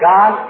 God